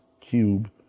cube